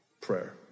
Prayer